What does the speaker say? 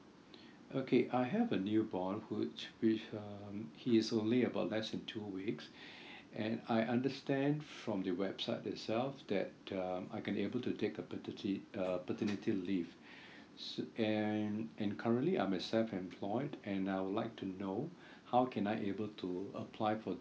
okay I have a newborn who which which um he is only about less than two weeks and I understand from the website itself that um I can be able to take a patern~ uh paternity leave so and and currently I'm a self employed and I would like to know how can I able to apply for